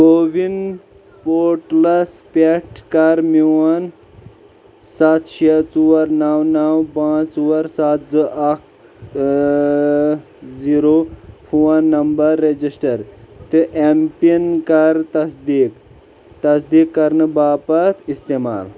CoWIN پورٹلس پٮ۪ٹھ کر میون سته شےٚ ژور نَو نَو پانٛژھ ژور سته زٕ اكه زِیٖرو فون نمبر رَجِسٹر تہٕ ایم پِن کر تصدیٖق تصدیٖق کرنہٕ باپتھ استعمال